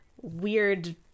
weird